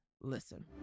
Listen